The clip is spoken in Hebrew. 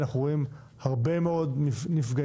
אנחנו רואים הרבה מאוד נפגעים,